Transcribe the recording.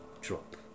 drop